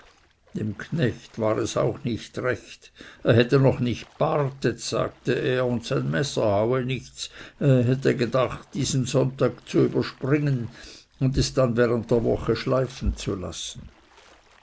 dem knecht war es auch nicht recht er hatte noch nicht bartet sagte er und sein messer haue nichts er hätte gedacht diesen sonntag überzuspringen und es dann während der woche schleifen zu lassen